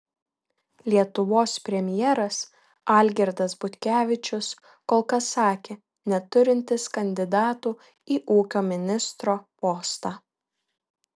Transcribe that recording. lietuvos premjeras algirdas butkevičius kol kas sakė neturintis kandidatų į ūkio ministro postą